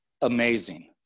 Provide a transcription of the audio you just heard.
amazing